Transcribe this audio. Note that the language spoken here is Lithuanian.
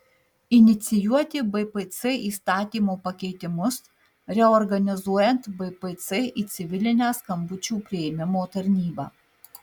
inicijuoti bpc įstatymo pakeitimus reorganizuojant bpc į civilinę skambučių priėmimo tarnybą